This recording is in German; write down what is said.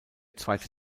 zweite